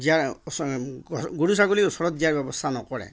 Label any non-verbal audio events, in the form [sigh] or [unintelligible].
দিয়াৰ [unintelligible] গৰু ছাগলী ওচৰত দিয়াৰ ব্যৱস্থা নকৰে